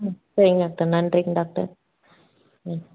ம் சரிங்க டாக்டர் நன்றிங்க டாக்டர் ம்